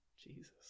jesus